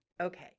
Okay